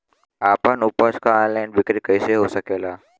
आपन उपज क ऑनलाइन बिक्री कइसे हो सकेला?